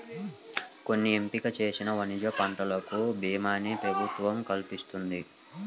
కొన్ని ఎంపిక చేసిన వాణిజ్య పంటలకు భీమాని ప్రభుత్వం కల్పిస్తున్నది